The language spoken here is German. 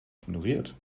ignoriert